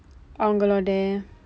அவங்களோட:avangkalooda